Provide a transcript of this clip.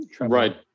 Right